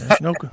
No